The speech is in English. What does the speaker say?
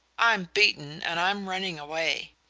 i'm beaten, and i'm running away.